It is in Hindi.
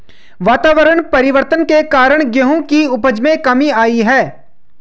वातावरण परिवर्तन के कारण गेहूं की उपज में कमी आई है